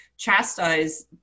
chastise